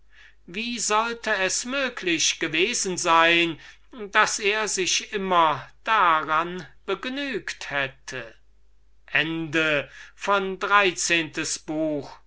wie sollte es möglich gewesen sein daß er sich immer daran begnügt hätte